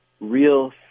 real